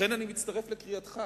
לכן אני מצטרף לקריאתך